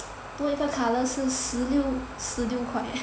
多一个 colour 是十六十六块